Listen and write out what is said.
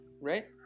Right